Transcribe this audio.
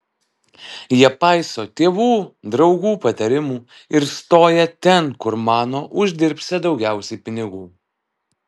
jie paiso tėvų draugų patarimų ir stoja ten kur mano uždirbsią daugiausiai pinigų